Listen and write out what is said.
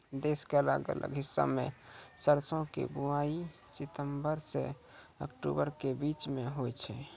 देश के अलग अलग हिस्सा मॅ सरसों के बुआई सितंबर सॅ अक्टूबर के बीच मॅ होय छै